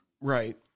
right